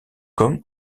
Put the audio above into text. comme